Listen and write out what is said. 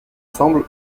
ensemble